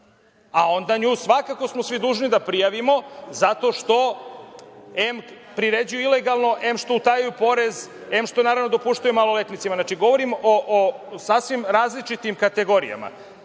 a onda smo nju svakako svi dužni da prijavimo zato što em priređuje ilegalno, em što utajuju porez, em što dopuštaju maloletnicima. Znači, govorim o sasvim različitim kategorijama. Nelegalno